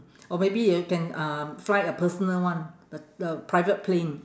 or maybe you can um fly a personal one the the private plane